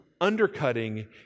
undercutting